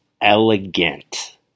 elegant